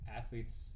athletes